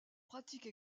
pratique